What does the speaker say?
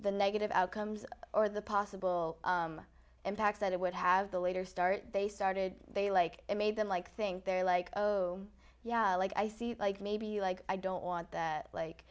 the negative outcomes or the possible impact that it would have the later start they started they like it made them like think they're like oh yeah like i see like maybe like i don't want that like